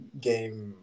game